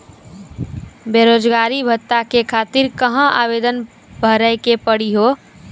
बेरोजगारी भत्ता के खातिर कहां आवेदन भरे के पड़ी हो?